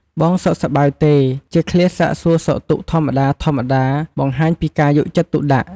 "បងសុខសប្បាយទេ?"ជាឃ្លាសាកសួរសុខទុក្ខធម្មតាៗបង្ហាញពីការយកចិត្តទុកដាក់។